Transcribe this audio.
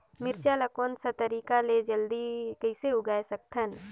मिरचा ला कोन सा तरीका ले जल्दी कइसे उगाय सकथन?